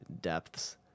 depths